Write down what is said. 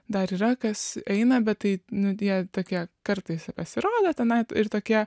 dar yra kas eina bet tai nu jie tokie kartais pasirodo tenai ir tokie